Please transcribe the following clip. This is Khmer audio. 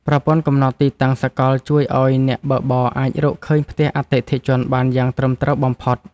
ប្រព័ន្ធកំណត់ទីតាំងសកលជួយឱ្យអ្នកបើកបរអាចរកឃើញផ្ទះអតិថិជនបានយ៉ាងត្រឹមត្រូវបំផុត។